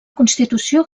constitució